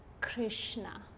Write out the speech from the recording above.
Krishna